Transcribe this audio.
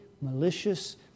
malicious